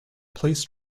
please